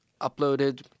uploaded